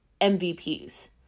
MVPs